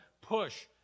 push